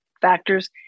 factors